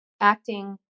acting